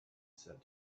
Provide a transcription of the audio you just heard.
said